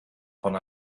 von